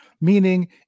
Meaning